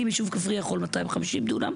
אם יישוב כפרי יכול 250 דונם,